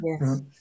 yes